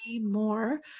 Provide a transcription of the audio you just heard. more